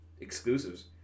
exclusives